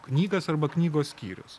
knygas arba knygos skyrius